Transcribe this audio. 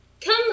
come